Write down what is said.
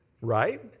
Right